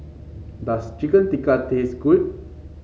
does Chicken Tikka taste good